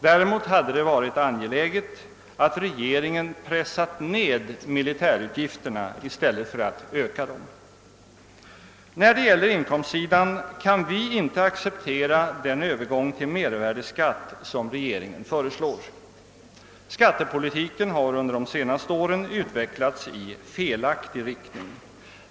Däremot hade det varit angeläget att regeringen pressat ned militärutgifterna i stället för att öka dem. När det gäller inkomstsidan kan vi inte acceptera den övergång till mervärdeskatt som regeringen föreslår. Skattepolitiken har under de senaste åren utvecklats i felaktig riktning.